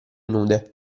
nude